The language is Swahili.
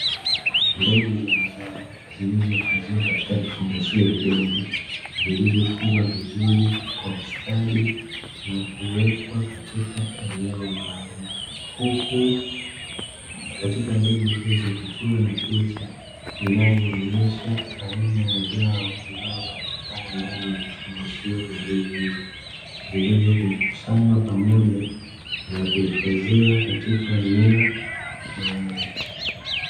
Mbegu za mazao zilizohifadhiwa katika vifungashio vidogo; vilivyofungwa vizuri kwa ustadi na kuwekwa katika eneo maalumu, huku katika mbegu hizo kukiwa na picha inayoonyesha aina ya zao linalopatikana ndani ya vifungashio vya mbegu hizo, vilivyokusanywa pamoja na kuhifadhiwa katika eneo maalumu.